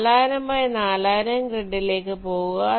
4000 by 4000 ഗ്രിഡിലേക്ക് പോകുക